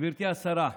גברתי השרה,